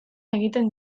egiten